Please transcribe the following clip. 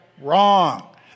wrong